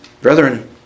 Brethren